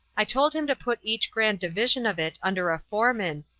i told him to put each grand division of it under a foreman,